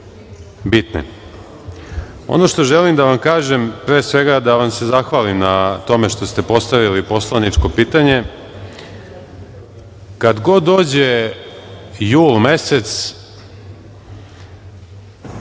bitne. Ono što želim da vam kažem, ali pre svega da vam se zahvalim na tome što ste postavili poslaničko pitanje, kad god dođe jul mesec